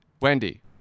Wendy